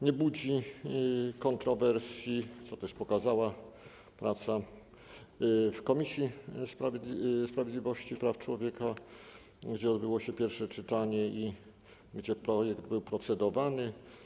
Nie budzi kontrowersji, co pokazała praca w Komisji Sprawiedliwości i Praw Człowieka, gdzie odbyło się pierwsze czytanie i gdzie projekt był procedowany.